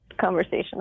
conversation